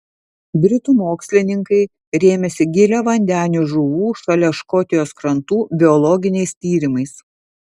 britų mokslininkai rėmėsi giliavandenių žuvų šalia škotijos krantų biologiniais tyrimais